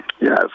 Yes